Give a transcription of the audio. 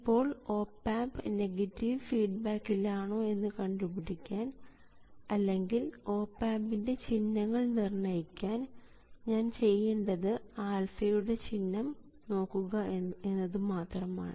ഇപ്പോൾ op amp negative ഫീഡ്ബാക്കിൽ ആണോ എന്ന് കണ്ടുപിടിക്കാൻ അല്ലെങ്കിൽ ഓപ് ആമ്പിൻറെ ചിഹ്നങ്ങൾ നിർണ്ണയിക്കാൻ ഞാൻ ചെയ്യേണ്ടത് α യുടെ ചിഹ്നം നോക്കുക എന്നതുമാത്രമാണ്